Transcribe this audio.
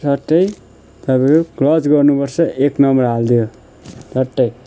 सट्टै तपाईँ क्लज गर्नु पर्छ एक नम्बर हालिदियो झट्टै